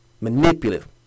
Manipulative